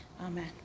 Amen